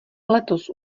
letos